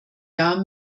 jahr